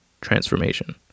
Transformation